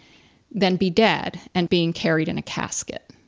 then be dead and being carried in a casket.